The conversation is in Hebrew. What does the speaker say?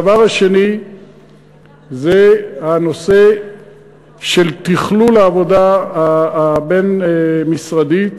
הדבר השני זה הנושא של תכלול העבודה הבין-משרדית